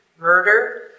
murder